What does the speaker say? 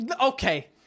Okay